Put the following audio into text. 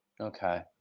Okay